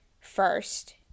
first